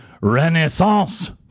Renaissance